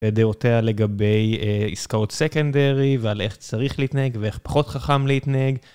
ודעותיה לגבי עסקאות סקנדרי ועל איך צריך להתנהג ואיך פחות חכם להתנהג.